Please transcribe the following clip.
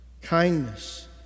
kindness